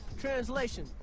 Translation